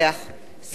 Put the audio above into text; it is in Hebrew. סילבן שלום,